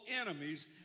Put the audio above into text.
enemies